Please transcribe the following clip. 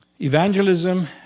Evangelism